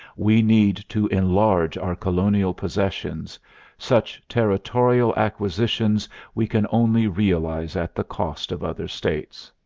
we need to enlarge our colonial possessions such territorial acquisitions we can only realize at the cost of other states.